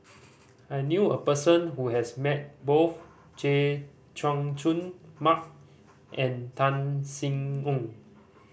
I knew a person who has met both Chay Jung Jun Mark and Tan Sin Aun